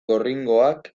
gorringoak